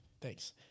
Thanks